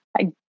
I-